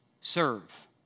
Serve